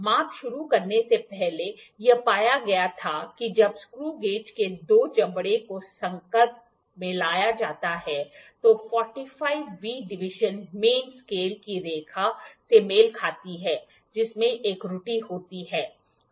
माप शुरू करने से पहले यह पाया गया था कि जब स्क्रूगेज के दो जबड़े को संपर्क में लाया जाता है तो 45 वीं डिवीजन मेन स्केल की रेखा से मेल खाती है जिसमें एक त्रुटि होती है